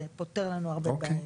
זה פותר לנו הרבה בעיות.